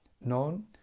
known